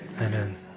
Amen